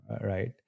right